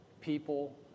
People